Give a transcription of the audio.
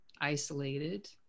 isolated